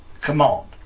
command